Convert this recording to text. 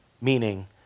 Meaning